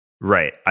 Right